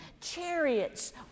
chariots